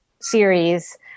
series